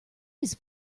his